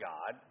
God